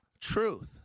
truth